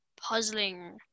puzzling